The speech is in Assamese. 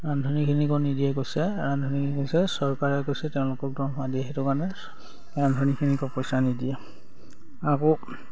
ৰান্ধনিখিনিকো নিদিয়ে কৈছে ৰান্ধনি কৈছে চৰকাৰে কৈছে তেওঁলোকক দৰমহা দিয়ে সেইটো কাৰণে ৰান্ধনিখিনিকো পইচা নিদিয়ে আকৌ